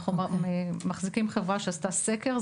אנחנו מחזיקים חברה שעשתה סקר,